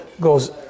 goes